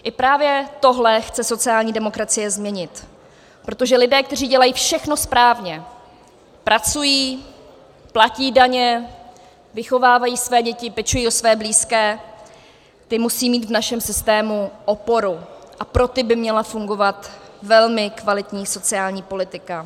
I právě tohle chce sociální demokracie změnit, protože lidé, kteří dělají všechno správně, pracují, platí daně, vychovávají své děti, pečují o své blízké, ti musejí mít v našem systému oporu a pro ty by měla fungovat velmi kvalitní sociální politika.